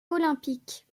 olympique